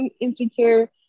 insecure